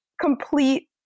complete